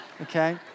Okay